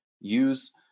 use